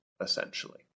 essentially